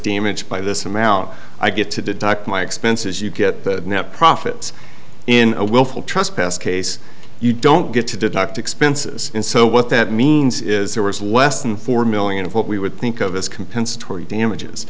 damaged by this i'm out i get to deduct my expenses you get the net profits in a willful trespass case you don't get to deduct expenses and so what that means is there was less than four million of what we would think of as compensatory damages